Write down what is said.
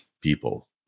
people